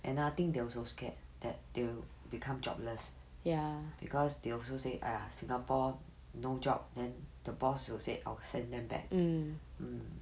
another thing they also scared that they will become jobless because they also say !aiya! singapore no job then the boss will say I will send them back um